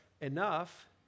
enough